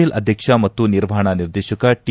L ಅಧ್ಯಕ್ಷ ಮತ್ತು ನಿರ್ವಹಣಾ ನಿರ್ದೇಶಕ ಟಿ